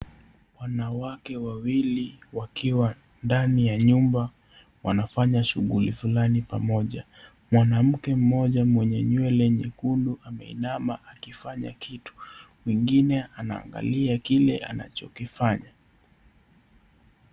Wanawake wawili wakiwa ndani ya nyumba wanafanya shughuli fulani pamoja, mwanamke mmoja mwenye nywele nyekundu ameinama akifanya kitu mwingine anaangalia kile anachokifanya.